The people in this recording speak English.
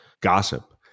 Gossip